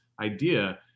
idea